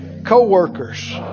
co-workers